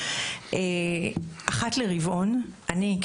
אחת לרבעון אני,